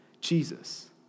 Jesus